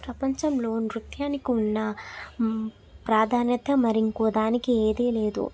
ప్రపంచంలో నృత్యానికి ఉన్న ప్రాధాన్యత మరి ఇంకో దానికి ఏదీ లేదు